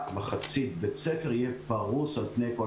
רק מחצית בית הספר יהיה פרוס על פני כל